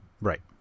Right